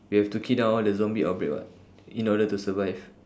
we have to kill down all the zombie outbreak [what] in order to survive